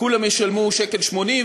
כולם ישלמו 1.80 שקל,